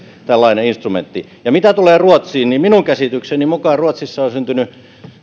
tällainen instrumentti ja mitä tulee ruotsiin niin minun käsitykseni mukaan ruotsissa on syntynyt